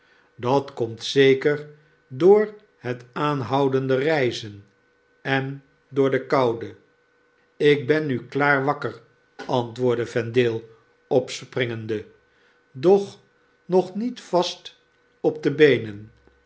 dat komt zeker door het aanhoudende reizen en door de koude ik ben nu klaar wakker antwoordde vendale opspringende doch nog niet vast op de beenen